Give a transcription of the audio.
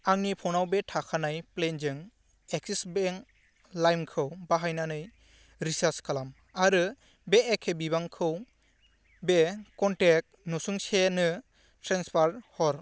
आंनि फ'नाव बे थाखानाय प्लेनजों एक्सिस बेंक लाइम खौ बाहायनानै रिसार्ज खालाम आरो बे एखे बिबांखौ बे क'नटेक्ट नसुंसेनो ट्रेन्सफार हर